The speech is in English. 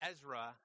Ezra